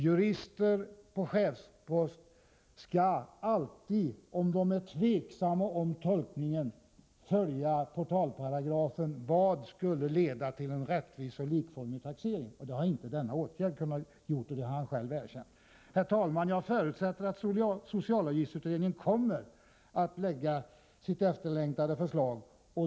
Jurister på chefspost skall alltid — om de är tveksamma om tolkningen — följa portalparagrafen om vad som skulle leda till en rättvis och likformig taxering. Det har inte denna åtgärd gjort, och det har vederbörande själv erkänt. Herr talman! Jag förutsätter att socialavgiftsutredningen kommer att lägga fram sitt efterlängtade förslag.